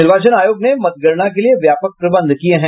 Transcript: निर्वाचन आयोग ने मतगणना के लिए व्यापक प्रबंध किए हैं